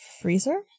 freezer